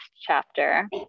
chapter